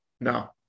No